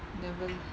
never leh